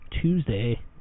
Tuesday